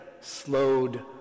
slowed